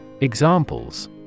Examples